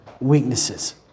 weaknesses